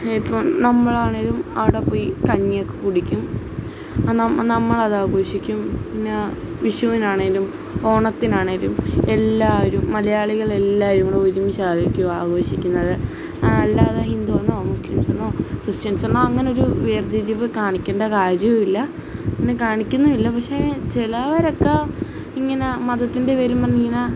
ഇപ്പം നമ്മളാണേലും അവിടെ പോയി കഞ്ഞിയൊക്കെ കുടിക്കും നമ്മൾ നമ്മളതാഘോഷിക്കും പിന്നെ വിഷുവിനാണേലും ഓണത്തിനാണേലും എല്ലാവരും മലയാളികളെല്ലാരും കൂടെ ഒരുമിച്ച് ആയിരിക്കും ആഘോഷിക്കുന്നത് അ അല്ലാതെ ഹിന്ദുവെന്നോ മുസ്ലീംസെന്നോ ക്രിസ്ത്യൻസെന്നോ അങ്ങനൊരു വേർതിരിവ് കാണിക്കേണ്ട കാര്യം ഇല്ല അങ്ങനെ കാണിക്കുന്നുമില്ല പക്ഷേ ചിലവരൊക്കെ ഇങ്ങനെ മതത്തിൻ്റെ പേരും പറഞ്ഞ് ഇങ്ങനാണ്